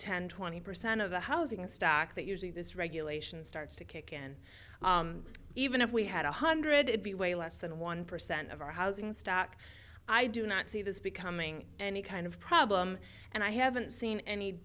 ten twenty percent of the housing stock that usually this regulation starts to kick in even if we had a hundred it be way less than one percent of our housing stock i do not see this becoming any kind of problem and i haven't seen any